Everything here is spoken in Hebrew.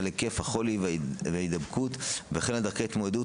היקף החולי וההידבקות ועל דרכי מניעת